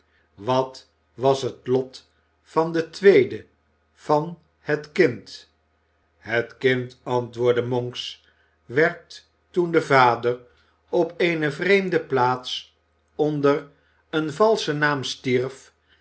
wat was het lot van de tweede van het kind het kind antwoordde monks werd toen de vader op eene vreemde plaats onder een valschen naam stierf